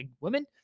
women